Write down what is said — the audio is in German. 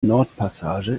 nordpassage